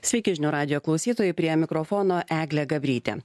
sveiki žinių radijo klausytojai prie mikrofono eglė gabrytė